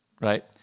right